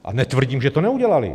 A netvrdím, že to neudělali.